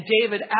David